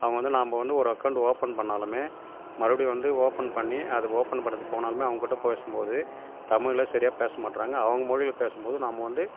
அவங்க வந்து நம்ப வந்து ஒரு அக்கவுண்ட் ஓப்பன் பண்ணாலுமே மறுபடியும் வந்து ஓப்பன் பண்ணி அது ஓப்பன் பண்ணுறதுக்கு போனாலுமே அவங்கக்கிட்ட பேசும்போது தமிழ்ல சரியாக பேசமாட்டுறாங்க அவங்க மொழில பேசும்போது நாம வந்து